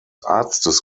arztes